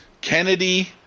Kennedy